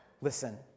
Listen